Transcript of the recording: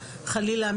חלילה,